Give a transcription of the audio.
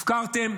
הפקרתם.